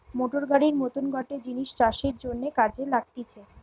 motor গাড়ির মত গটে জিনিস চাষের জন্যে কাজে লাগতিছে